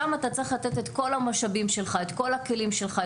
שם אתה צריך לתת את כל המשאבים והכלים שלך,